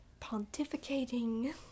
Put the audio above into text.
pontificating